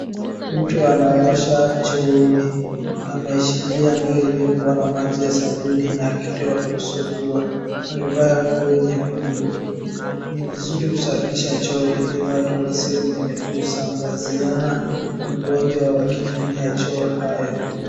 Mtu anaosha chooni, ameshikilia ndoo iliyokuwa na maji ya sabuni na kitu ya kusugua. Amevaa nguo nyekundu. Ni vizuri kusafisha choo ili watu wasiwe ni wenye kusambazia magonjwa wakitumia choo hayo.